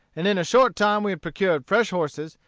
and in a short time we had procured fresh horses,